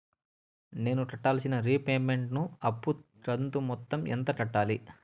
నేను కట్టాల్సిన రీపేమెంట్ ను అప్పు కంతు మొత్తం ఎంత కట్టాలి?